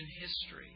history